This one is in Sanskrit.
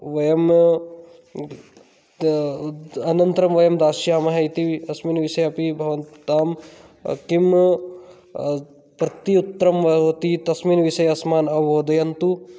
वयं अनन्तरं वयं दास्यामः इति अस्मिन् विषयेऽपि भवतां किं प्रत्ति उत्तरं भवति तस्मिन् विषयेऽस्मान् अवबोधयन्तु